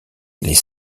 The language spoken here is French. les